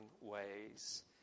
ways